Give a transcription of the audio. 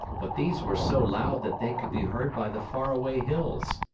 but these were so loud that they could be heard by the faraway hills.